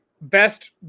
Best